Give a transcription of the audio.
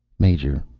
major,